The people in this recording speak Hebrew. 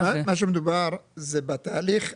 מה שמדובר זה בתהליך הקיים,